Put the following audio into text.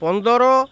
ପନ୍ଦର